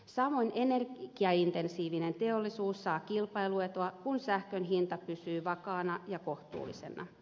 samoin energiaintensiivinen teollisuus saa kilpailuetua kun sähkön hinta pysyy vakaana ja kohtuullisena